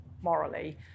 morally